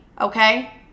okay